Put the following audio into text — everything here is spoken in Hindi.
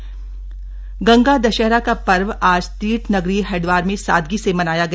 गंगा दशहरा गंगा दशहरा का पर्व आज तीर्थ नगरी हरिदवार में सादगी से मनाया गया